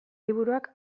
liburuak